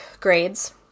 grades